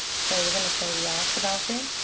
so we're going to say we asked about it,